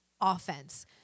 offense